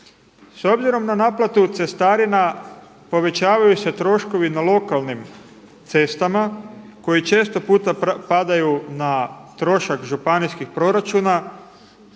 S obzirom na naplatu cestarina povećavaju se troškovi na lokalnim cestama koji često puta padaju na trošak županijskih proračuna